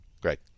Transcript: Great